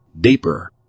deeper